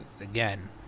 again